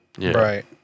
right